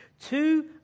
Two